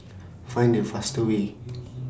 Find The fastest Way